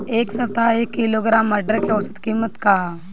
एक सप्ताह एक किलोग्राम मटर के औसत कीमत का ह?